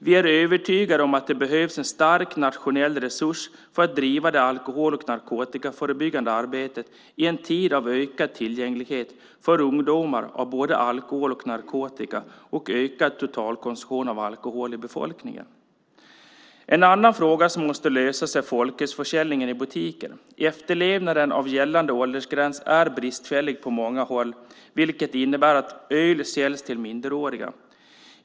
Vi är övertygade om att det behövs en stark nationell resurs för att driva det alkohol och narkotikaförebyggande arbetet i en tid av ökad tillgänglighet för ungdomar av både alkohol och narkotika och ökad totalkonsumtion av alkohol i befolkningen. En annan fråga som måste lösas är folkölsförsäljningen i butiker. Efterlevnaden av gällande åldersgräns är bristfällig på många håll, vilket innebär att öl säljs till minderåriga.